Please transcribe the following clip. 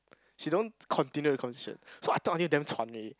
she don't continue the conversation so I talk until damn 喘 eh